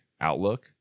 outlook